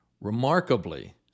Remarkably